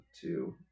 two